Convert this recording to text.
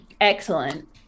Excellent